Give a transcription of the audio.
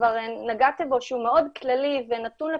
שכבר נגעתם בו שהוא מאוד כללי ונתון לפרשנויות,